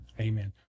Amen